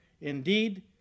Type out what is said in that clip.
Indeed